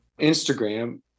instagram